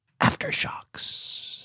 Aftershocks